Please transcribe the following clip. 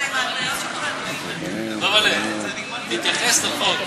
דב'לה, תתייחס לחוק.